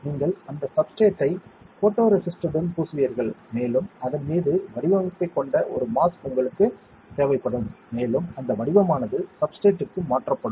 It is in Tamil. நீங்கள் அந்த சப்ஸ்ட்ரேட்டை ஃபோட்டோரெசிஸ்டுடன் பூசுவீர்கள் மேலும் அதன் மீது வடிவமைப்பைக் கொண்ட ஒரு மாஸ்க் உங்களுக்குத் தேவைப்படும் மேலும் அந்த வடிவமானது சப்ஸ்ட்ரேட்க்கு மாற்றப்படும்